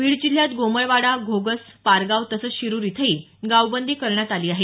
बीड जिल्ह्यात गोमळवाडा घोगस पारगाव तसंच शिरूर इथंही गावबंदी करण्यात आली आहे